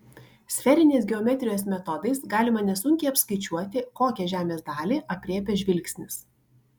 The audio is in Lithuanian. sferinės geometrijos metodais galima nesunkiai apskaičiuoti kokią žemės dalį aprėpia žvilgsnis